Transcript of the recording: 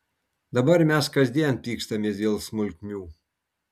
dabar mes kasdien pykstamės dėl smulkmių